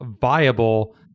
viable